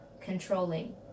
controlling